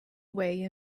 way